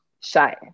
shy